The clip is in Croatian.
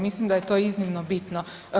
Mislim da je to iznimno bitno.